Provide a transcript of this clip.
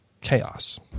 chaos